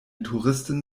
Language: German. touristin